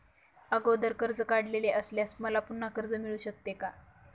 अगोदर कर्ज काढलेले असल्यास मला पुन्हा कर्ज मिळू शकते का?